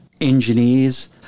engineers